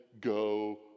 go